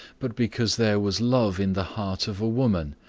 but because there was love in the heart of a woman,